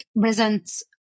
presents